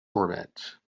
format